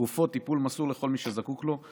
לתרופות ולטיפול מסור לכל מי שזקוק לו,